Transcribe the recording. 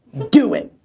do it.